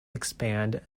expand